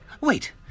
Wait